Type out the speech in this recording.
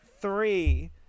Three